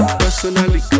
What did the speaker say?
personally